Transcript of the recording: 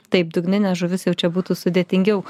taip dugnines žuvis jau čia būtų sudėtingiau